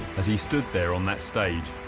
as he stood there on that stage,